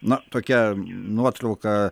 na tokią nuotrauką